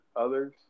others